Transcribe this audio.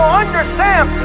understand